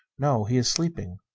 no. he is sleeping.